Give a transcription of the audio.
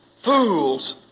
Fools